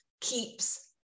keeps